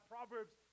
Proverbs